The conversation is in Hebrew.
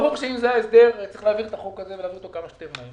ברור שאם זה ההסדר אז צריך להעביר את הצעת החוק הזאת כמה שיותר מהר,